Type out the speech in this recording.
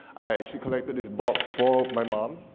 i actually collected this box for my mom,